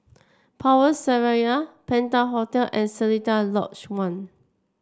Power Seraya Penta Hotel and Seletar Lodge One